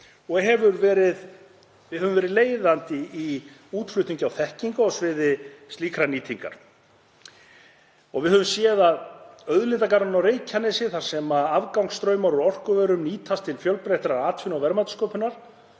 og hefur verið leiðandi í útflutningi þekkingar á sviði slíkrar nýtingar. Við höfum séð að Auðlindagarðurinn á Reykjanesi, þar sem afgangsstraumar úr orkuverum nýtast til fjölbreyttrar atvinnu- og verðmætasköpunar,